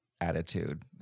attitude